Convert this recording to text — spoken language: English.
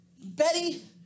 Betty